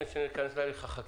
לפני שניכנס להליך החקיקה,